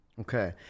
okay